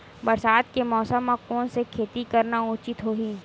बरसात के मौसम म कोन से खेती करना उचित होही?